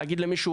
להגיד למישהו: